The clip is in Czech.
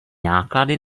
náklady